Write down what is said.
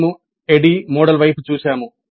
మేము ADDIE model వైపు చూశాము